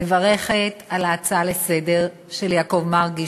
אני מברכת על ההצעה לסדר-היום של יעקב מרגי,